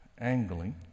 angling